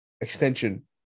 extension